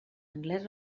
anglès